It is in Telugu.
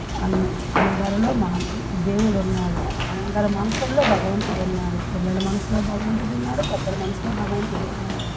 అం అందరులో మాన దేవుడున్నాడు అందరి మనసుల్లో భగవంతుడున్నాడు పిల్లల మనసులో భగవంతుడున్నాడు పెద్దల మనసులో భగవంతుడున్నాడు